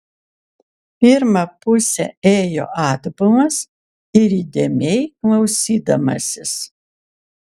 pirmą pusę ėjo atbulas ir įdėmiai klausydamasis